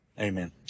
Amen